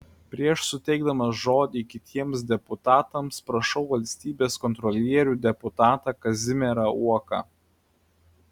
prieš suteikdamas žodį kitiems deputatams prašau valstybės kontrolierių deputatą kazimierą uoką